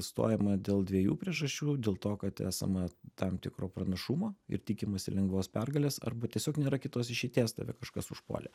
stojama dėl dviejų priežasčių dėl to kad esama tam tikro pranašumo ir tikimasi lengvos pergalės arba tiesiog nėra kitos išeities tave kažkas užpuolė